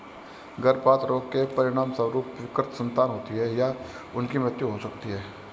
गर्भपात रोग के परिणामस्वरूप विकृत संतान होती है या उनकी मृत्यु हो सकती है